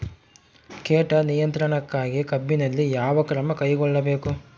ಕೇಟ ನಿಯಂತ್ರಣಕ್ಕಾಗಿ ಕಬ್ಬಿನಲ್ಲಿ ಯಾವ ಕ್ರಮ ಕೈಗೊಳ್ಳಬೇಕು?